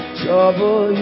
trouble